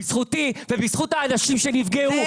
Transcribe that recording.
בזכותי ובזכות האנשים שנפגעו.